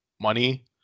money